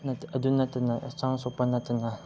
ꯑꯗꯨ ꯅꯠꯇꯅ ꯍꯛꯆꯥꯡ ꯁꯣꯛꯄ ꯅꯠꯇꯅ